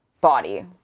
body